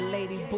Lady